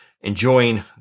enjoying